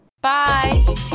Bye